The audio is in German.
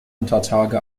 untertage